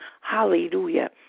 Hallelujah